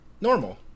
normal